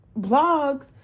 blogs